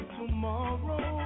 tomorrow